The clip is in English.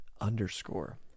underscore